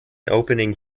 opening